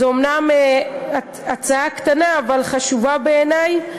זו אומנם הצעה קטנה, אבל חשובה בעיני.